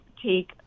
take